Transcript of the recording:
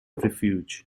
refuge